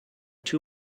too